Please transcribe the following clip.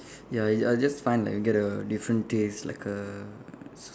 ya I I just find like get a different taste like a s~